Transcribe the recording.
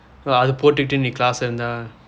அது போட்டுட்டு நீ:athu potdutdu nii class இருந்தா:irundhaa